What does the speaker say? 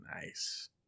Nice